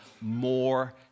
more